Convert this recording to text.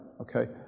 okay